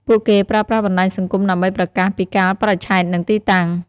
ពួកគេប្រើប្រាស់បណ្ដាញសង្គមដើម្បីប្រកាសពីកាលបរិច្ឆេទនិងទីតាំង។